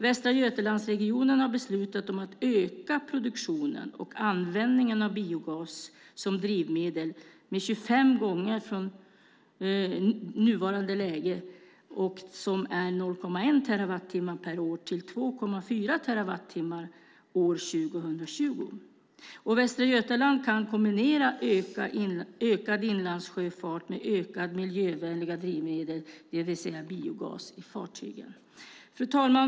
Västra Götalandsregionen har beslutat att öka produktionen och användningen av biogas som drivmedel 25 gånger, från nuvarande 0,1 terawattimmar per år till 2,4 terawattimmar år 2020. Västra Götaland kan kombinera ökad inlandssjöfart med ökad andel miljövänliga drivmedel, det vill säga biogas, i fartygen. Fru talman!